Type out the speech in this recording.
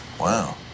Wow